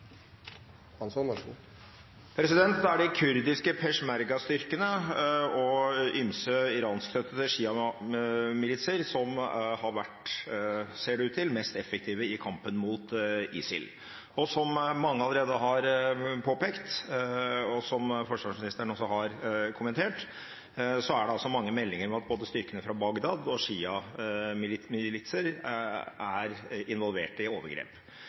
Det er de kurdiske peshmerga-styrkene og ymse iranskrettede sjiamilitser som har vært, ser det ut til, mest effektive i kampen mot ISIL. Som mange allerede har påpekt, og som forsvarsministeren også har kommentert, er det mange meldinger om at både styrkene fra Bagdad og sjiamilitser er involvert i overgrep.